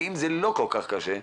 ואם זה לא כל כך קשה,